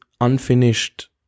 unfinished